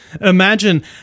Imagine